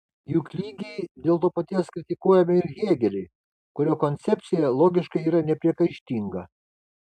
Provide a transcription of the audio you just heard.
juk lygiai dėl to paties kritikuojame ir hėgelį kurio koncepcija logiškai yra nepriekaištinga